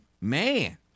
Man